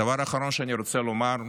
הדבר האחרון שאני רוצה לומר: